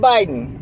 Biden